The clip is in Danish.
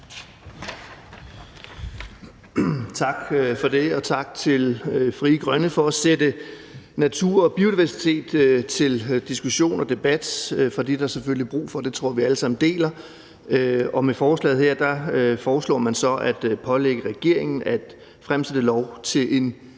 Tak for det, og tak til Frie Grønne for at sætte natur og biodiversitet til diskussion og debat, for det er der selvfølgelig brug for. Det synspunkt tror jeg vi alle sammen deler. Med forslaget her foreslår man så at pålægge regeringen at fremsætte et